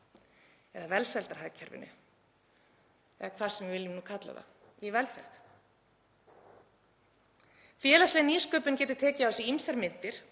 eða velsældarhagkerfinu eða hvað sem við viljum kalla það, í velferð. Félagsleg nýsköpun getur tekið á sig ýmsar myndir.